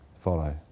follow